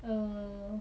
err